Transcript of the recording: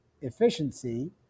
efficiency